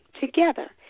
together